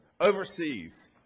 overseas